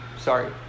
Sorry